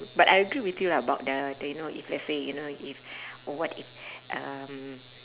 but I agree with you lah about the you know if let's say you know if what if um